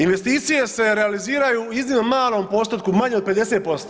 Investicije se realiziraju u iznimno malom postotku, manje od 50%